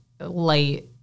light